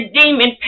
demon